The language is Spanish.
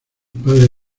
padre